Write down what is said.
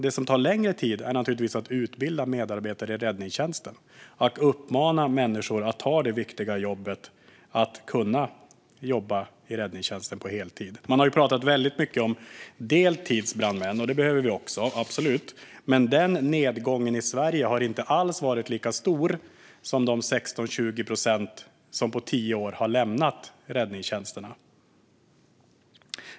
Det som tar längre tid är att utbilda medarbetare i räddningstjänsten och att uppmana människor att ta det viktiga jobbet och jobba i räddningstjänsten på heltid. Man har pratat mycket om deltidsbrandmän. Det behövs också, absolut. Men minskningen där har inte alls motsvarat de 16-20 procent som på tio år har lämnat räddningstjänsterna.